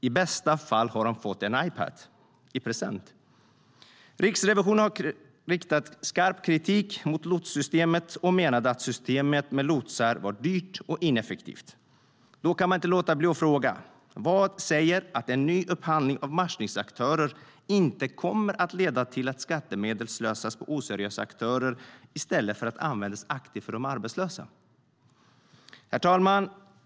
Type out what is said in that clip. I bästa fall har de fått en Ipad i present. Herr talman!